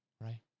right